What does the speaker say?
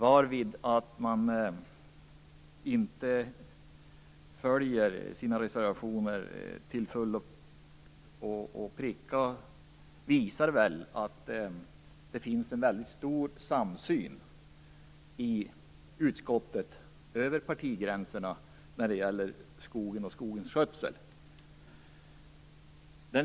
Att man inom partierna inte till punkt och pricka följer sina reservationer visar väl att det finns en mycket stor samsyn i utskottet över partigränserna när det gäller skogen och skogens skötsel.